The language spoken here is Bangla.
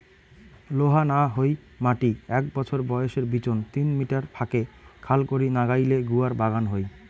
লোহা না হই মাটি এ্যাক বছর বয়সের বিচোন তিন মিটার ফাকে খাল করি নাগাইলে গুয়ার বাগান হই